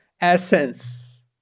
essence